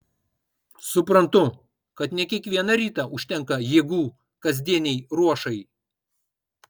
suprantu kad ne kiekvieną rytą užtenka jėgų kasdienei ruošai